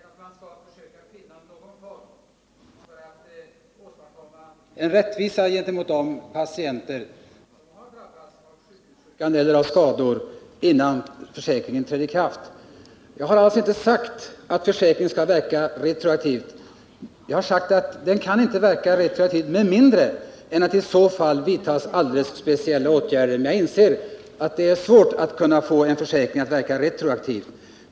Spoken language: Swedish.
Herr talman! Jag har inte begärt något annat än att man skall försöka finna någon form för att åstadkomma rättvisa gentemot de patienter som har drabbats av sjukhussjuka eller andra skador innan försäkringen trädde i kraft. Jag har alltså inte sagt att försäkringen skall verka retroaktivt. Jag har bara förklarat att den inte kan verka retroaktivt med mindre det i så fall vidtas alldeles speciella åtgärder. Jag inser att det är svårt att få en försäkring att verka retroaktivt.